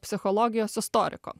psichologijos istoriko